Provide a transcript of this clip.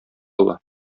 ала